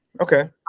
Okay